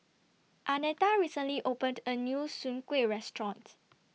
Annetta recently opened A New Soon Kuih Restaurant